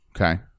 Okay